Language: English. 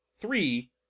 three